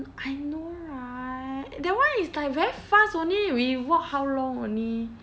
I know right that one is like very fast only we walk how long only